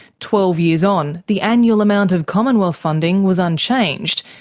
twelve years on, the annual amount of commonwealth funding was unchanged,